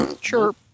Sure